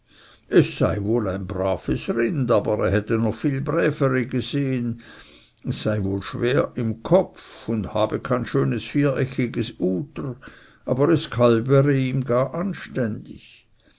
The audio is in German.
es sei wohl ein braves rind aber er hätte noch viel brävere gesehen es sei wohl schwer im kopf und habe kein schönes viereckiges uter aber es kalbere ihm gar anständig